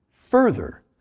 Further